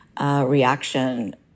reaction